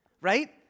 right